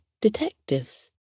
detectives